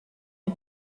les